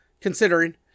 considering